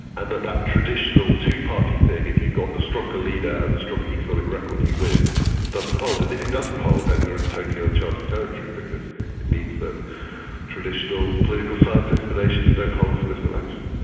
and that that traditional two-party thing if you've got the stronger leader and the stronger economic record you win doesn't hold, and if it doesn't hold then we are in totally uncharted territory because it means that traditional political science explanations don't hold for this election.